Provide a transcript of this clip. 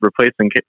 replacing